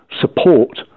support